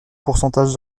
pourcentage